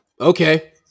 Okay